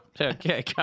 Okay